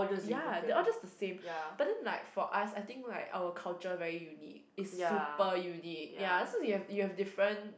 ya they all just the same but then like for us I think like our culture very unique it's super unique ya so you have you have different